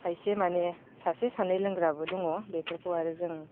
खायसे माने सासे सानै लोंग्राबो दङ बेफोरखौ आरो जों